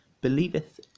believeth